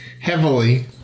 heavily